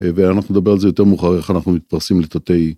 ואנחנו נדבר על זה יותר מאוחר, איך אנחנו מתפרסים לתתי